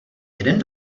jeden